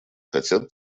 хотят